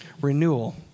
renewal